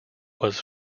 was